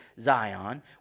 Zion